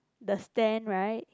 the stand right